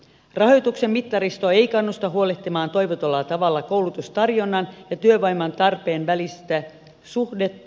rahoituksen mittaristo ei kannusta huolehtimaan toivotulla tavalla koulutustarjonnan ja työvoiman tarpeen välistä suhdetta